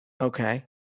okay